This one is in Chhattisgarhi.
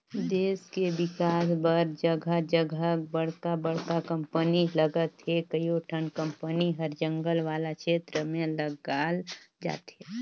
देस के बिकास बर जघा जघा बड़का बड़का कंपनी लगत हे, कयोठन कंपनी हर जंगल वाला छेत्र में लगाल जाथे